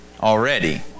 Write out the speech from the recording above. already